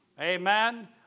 Amen